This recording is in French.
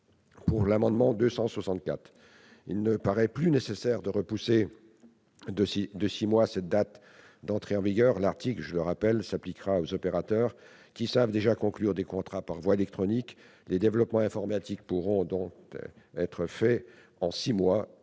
de l'amendement n° 264 rectifié, il ne paraît plus nécessaire de repousser de six mois la date d'entrée en vigueur de l'article, lequel, je le rappelle, s'appliquera aux opérateurs qui savent déjà conclure des contrats par voie électronique. Les développements informatiques pourront donc être réalisés en six mois,